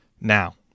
Now